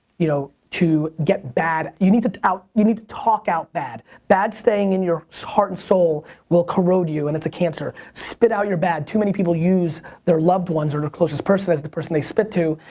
you know to get bad. you needed out, you need to talk out bad. bad staying in your heart and soul will corrode you, and it's a cancer. spit out your bad. too many people use their loved ones or their closest person as the person they spit to,